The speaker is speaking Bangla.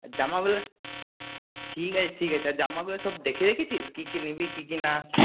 জামাগুলো ঠিক আছে ঠিক আছে আর জামাগুলো সব দেখে রেখেছিস কী কী নিবি কী কী না